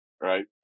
right